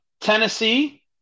Tennessee